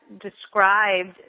described